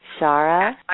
Shara